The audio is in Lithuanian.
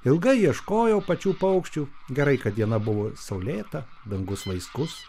ilgai ieškojau pačių paukščių gerai kad diena buvo saulėta dangus vaiskus